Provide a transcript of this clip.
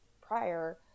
prior